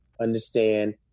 understand